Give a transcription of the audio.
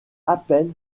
appel